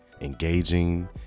engaging